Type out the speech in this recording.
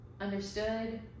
understood